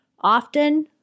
Often